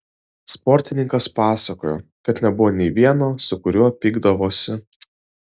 sportininkas pasakojo kad nebuvo nei vieno su kuriuo pykdavosi